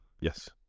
yes